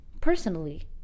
personally